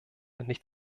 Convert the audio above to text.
nicht